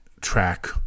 track